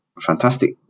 fantastic